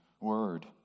word